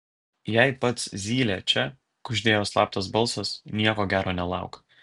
jei pats zylė čia kuždėjo slaptas balsas nieko gero nelauk